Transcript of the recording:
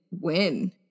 win